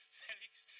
felix